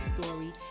story